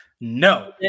no